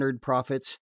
prophets